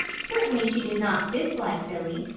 certainly she did not dislike billy.